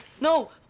No